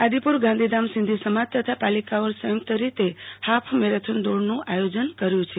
આદિપુર ગાંધીધામના સિંધી સમાજ તથા પાલિકાએ સંયુકત રીતે હાફ મેરેથીન દોડનું આયોજન કર્યું છે